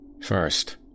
First